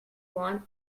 want